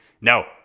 No